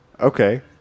Okay